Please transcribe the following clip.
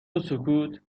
وسکوت